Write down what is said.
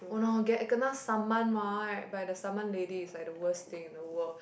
oh no get kena summon mah right by the summon lady is like the worst thing in the world